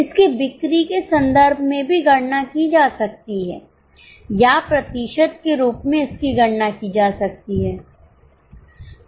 इसकी बिक्री के संदर्भ में भी गणना की जा सकती है या प्रतिशत के रूप में इसकी गणना की जा सकती है